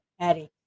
adding